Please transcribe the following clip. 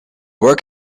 work